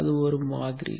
அது ஒரு மாதிரி